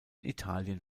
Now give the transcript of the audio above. italien